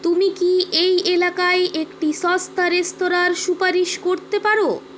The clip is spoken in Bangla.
তুমি কি এই এলাকায় একটি সস্তা রেস্তরাঁর সুপারিশ করতে পারো